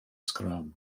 sgrym